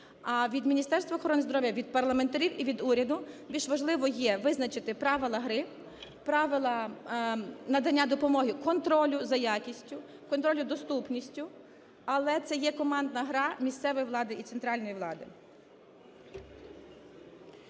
А від Міністерства охорони здоров'я, від парламентарів і від уряду більш важливо є визначити правила гри, правила надання допомоги, контролю за якістю, контролю доступності, але це є командна гра місцевої влади і центральної влади.